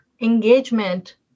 engagement